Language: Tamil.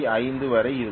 5 வரை இருக்கும்